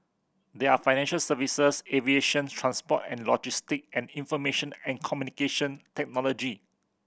they are financial services aviation transport and logistics and information and Communication Technology